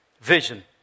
Vision